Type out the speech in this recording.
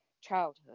childhood